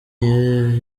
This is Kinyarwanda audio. yari